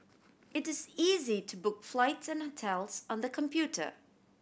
it is easy to book flights and hotels on the computer